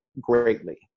greatly